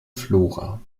flora